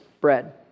bread